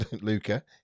Luca